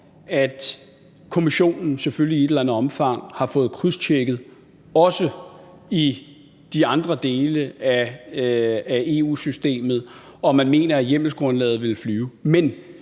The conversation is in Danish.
at Kommissionen selvfølgelig i et eller andet omfang har fået det krydstjekket i også de andre dele af EU-systemet, og at man mener, at hjemmelsgrundlaget ville flyve.